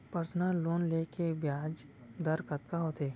Personal loan ले के ब्याज दर कतका होथे?